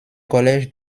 collèges